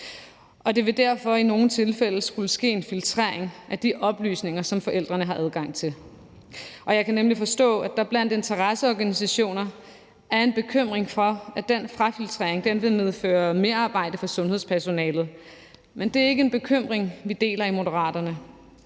Der vil derfor i nogle tilfælde skulle ske en filtrering af de oplysninger, som forældrene har adgang til. Jeg kan forstå, at der blandt interesseorganisationer er en bekymring for, at den frasortering vil medføre merarbejde for sundhedspersonalet. Men det er ikke en bekymring, vi deler i Moderaterne.